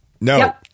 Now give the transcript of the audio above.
no